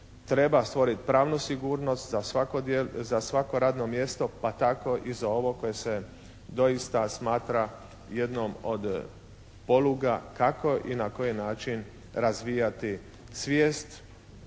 Treba stvoriti pravnu sigurnost za svako radno mjesto, pa tako i za ovo koje se doista smatra jednom od poluga kako i na koji način razvijati svijest,